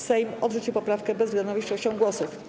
Sejm odrzucił poprawkę bezwzględną większością głosów.